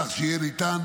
כך שיהיה ניתן,